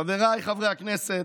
חבריי חברי הכנסת,